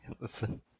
Listen